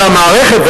והמערכת,